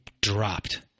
dropped